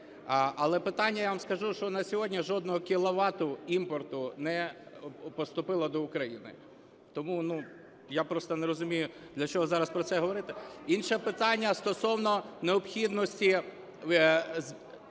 Але питання, я вам скажу, що на сьогодні жодного кіловата імпорту не поступило до України. Тому я просто не розумію, для чого зараз про це говорити. Інше питання - стосовно необхідності